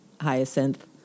Hyacinth